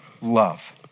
love